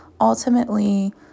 ultimately